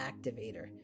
activator